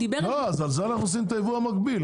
אז על זה אנחנו עושים את הייבוא המקביל.